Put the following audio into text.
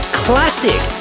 classic